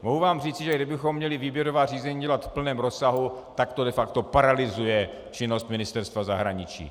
Mohu vám říci, že kdybychom měli výběrová řízení dělat v plném rozsahu, tak to de facto paralyzuje činnost Ministerstva zahraničí.